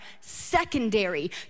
secondary